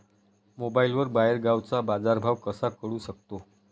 मोबाईलवर बाहेरगावचा बाजारभाव कसा कळू शकतो?